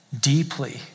deeply